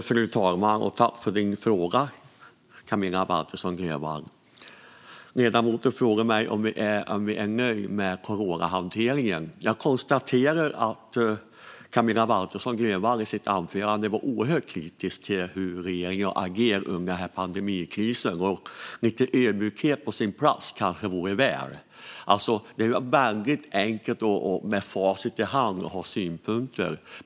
Fru talman! Tack för frågan, Camilla Waltersson Grönvall! Ledamoten frågar mig om jag är nöjd med coronahanteringen. Jag konstaterar att Camilla Waltersson Grönvall i sitt anförande var oerhört kritisk till hur regeringen har agerat under den här pandemikrisen. Lite ödmjukhet vore kanske på sin plats. Det är väldigt enkelt att med facit i hand ha synpunkter.